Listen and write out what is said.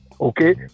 Okay